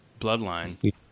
Bloodline